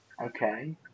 Okay